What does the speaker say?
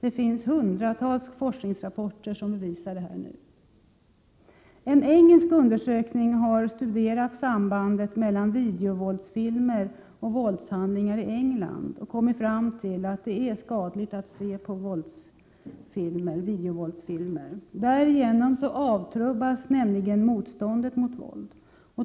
En engelsk undersökning har studerat sambandet mellan videovåldsfilmer och våldshandlingar i England och kommit fram till att det är skadligt att se på videovåldsfilmer. Därigenom avtrubbas nämligen motståndet mot våld.